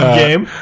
game